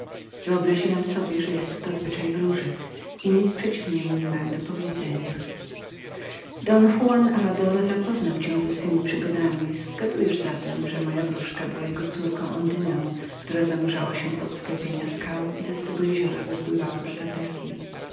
wyobrażałem sobie że był to zwyczaj wróżek i nic przeciw niemu niemiałem do powiedzenia don juan avadoro oznajmił cię ze swemi przygodami zgadujesz zatem że moja wróżka była córką jego ondyną która zanurzała się pod sklepienia skał i ze swego jeziora wypływała do zatoki